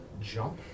jump